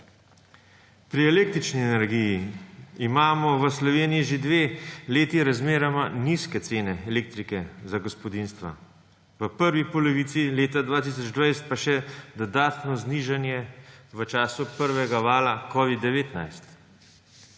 Pri električni energiji imamo v Sloveniji že 2 leti razmeroma nizke cene elektrike za gospodinjstva. V prvi polovici leta 2020 pa še dodatno znižanje v času prvega vala covida-19.